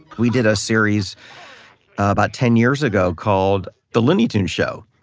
we did a series about ten years ago called the looney tunes show,